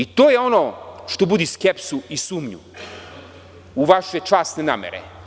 I to je ono što budi skepsu i sumnju u vaše časne namere.